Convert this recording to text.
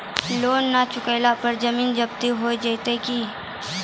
Loan न चुका पर जमीन जब्ती हो जैत की?